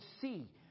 see